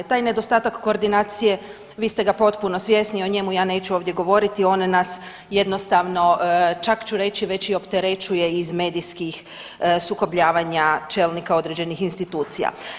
Taj nedostatak koordinacije, vi ste ga potpuno svjesni i o njemu ja neću ovdje govoriti, one nas jednostavno, čak ću reći, već i opterećuje iz medijskih sukobljavanja čelnika određenih institucija.